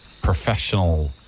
professional